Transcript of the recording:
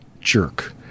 jerk